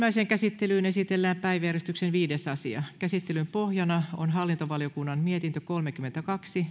ensimmäiseen käsittelyyn esitellään päiväjärjestyksen viides asia käsittelyn pohjana on hallintovaliokunnan mietintö kolmekymmentäkaksi